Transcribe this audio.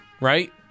right